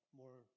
more